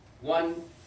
one